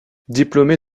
diplômé